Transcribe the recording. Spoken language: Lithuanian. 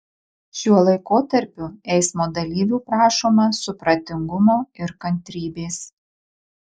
šiuo laikotarpiu eismo dalyvių prašoma supratingumo ir kantrybės